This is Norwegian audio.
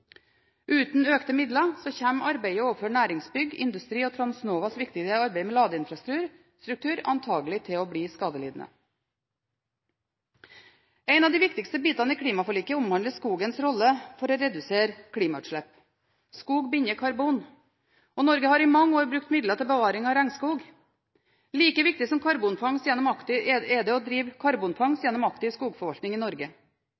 Uten økte midler kommer arbeidet overfor næringsbygg og industri og Transnovas viktige arbeid med ladeinfrastruktur antakelig til å bli skadelidende. En av de viktigste bitene i klimaforliket omhandler skogens rolle for å redusere klimautslipp. Skog binder karbon. Norge har i mange år brukt midler til bevaring av regnskog, men like viktig er det å drive karbonfangst gjennom aktiv